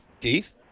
Keith